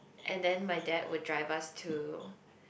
and then my dad will drive us to